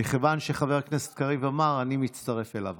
מכיוון שחבר הכנסת קריב אמר, אני רק מצטרף אליו.